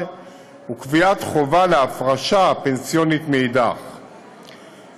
גיסא וקביעת חובת הפרשה פנסיונית מאידך גיסא.